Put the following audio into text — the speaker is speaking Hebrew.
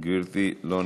גברתי, אינה